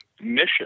mission